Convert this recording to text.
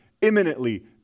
imminently